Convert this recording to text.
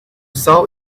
saw